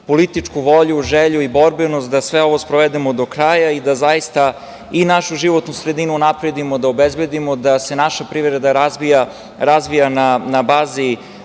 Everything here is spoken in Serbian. političku volju, želju i borbenost da sve ovo sprovedemo do kraja i da zaista i našu životnu sredinu unapredimo, da obezbedimo da se naša privreda da razvija na bazi